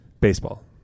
Baseball